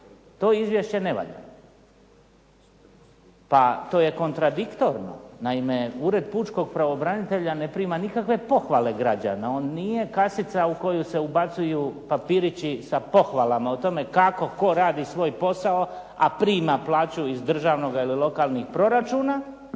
to izvješće ne valja. Pa to je kontradiktorno. Naime, Ured pučkog pravobranitelja ne prima nikakve pohvale građana. On nije kasica u koju se ubacuju papirići sa pohvalama o tome kako tko radi svoj posao, a prima plaću iz državnog ili lokalnog proračuna,